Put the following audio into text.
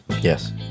Yes